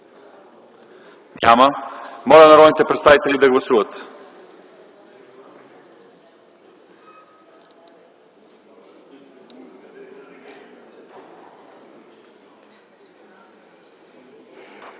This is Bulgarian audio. Моля народните представители да гласуват.